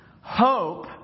Hope